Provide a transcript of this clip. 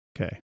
Okay